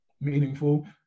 meaningful